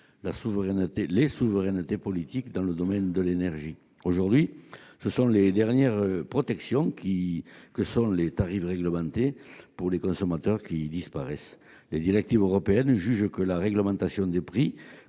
les souverainetés politiques dans le domaine de l'énergie. Aujourd'hui, ce sont les dernières protections des consommateurs que sont les tarifs réglementés qui disparaissent. Les autorités européennes jugent que la réglementation des prix